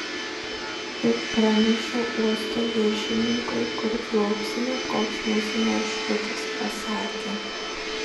tik pranešiau uosto viršininkui kur plauksime koks mūsų maršrutas pasakė